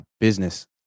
business